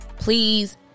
please